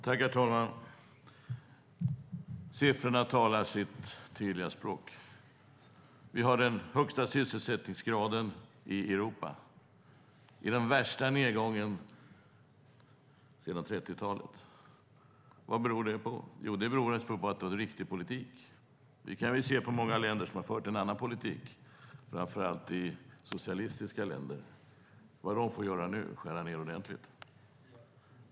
Herr talman! Siffrorna talar sitt tydliga språk. Vi har den högsta sysselsättningsgraden i Europa, i den värsta nedgången sedan 30-talet. Vad beror det på? Jo, det beror på att det har förts riktig politik jämfört med många länder som har fört en annan politik, framför allt socialistiska länder, som nu får skära ned ordentligt.